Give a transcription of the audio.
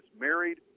married